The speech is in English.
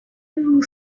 little